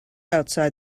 outside